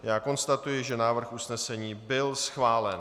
Já konstatuji, že návrh usnesení byl schválen.